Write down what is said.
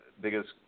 biggest